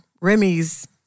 Remy's